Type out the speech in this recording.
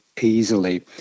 easily